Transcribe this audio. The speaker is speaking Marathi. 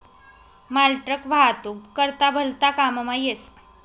मालट्रक मालवाहतूक करता भलता काममा येस